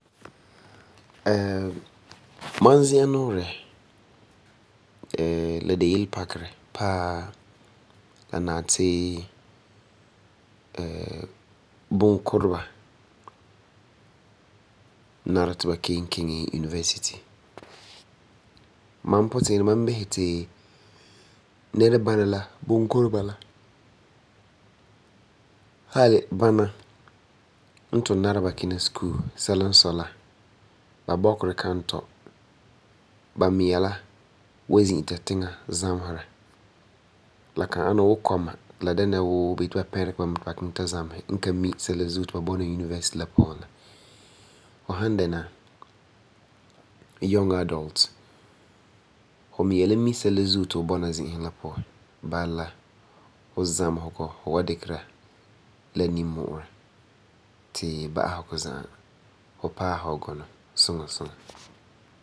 ma zi'an nuurɛ la de yelepakerɛ paa, la nari ti bunkureba nara ti ba kelum kiŋɛ university. Ma puti'irɛ ma bisɛ ti bunkureba la hali bama n tugum nara ti ba kina school. Sela n sɔi la ba bɔkerɛ kan tɔi, ba miŋa wan zi'ita tiŋa zamesera. Fu san dɛna young adult, fu miŋa la mi sɛla zuo ti fu bɔna zi'isi la puan, bala la fu zamesegɔ ouan fu wan fu la nimmu'urɛ ti ba'asegɔ za'a fu pa'asɛ fu gɔnɔ suŋa suŋa.